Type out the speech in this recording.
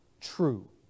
true